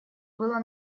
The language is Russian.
было